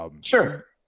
Sure